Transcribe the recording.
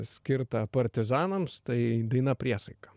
skirtą partizanams tai daina priesaika